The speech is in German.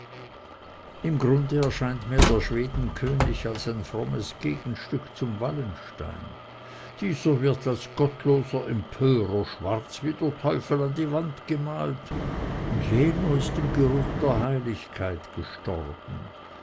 im grunde erscheint mir der schwedenkönig als ein frommes gegenstück zum wallenstein dieser wird als gottloser empörer schwarz wie der teufel an die wand gemalt und jener ist im geruche der heiligkeit gestorben